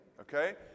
okay